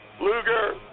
Luger